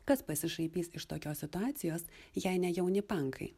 kas pasišaipys iš tokios situacijos jei ne jauni pankai